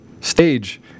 stage